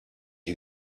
who